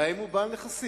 גם אם הוא בעל נכסים